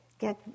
get